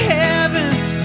heavens